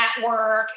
network